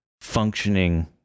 functioning